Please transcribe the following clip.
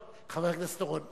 חבר הכנסת אורון,